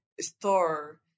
store